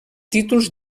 títols